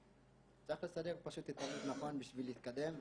וצריך פשוט לסדר את היום נכון בשביל להתקדם.